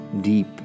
deep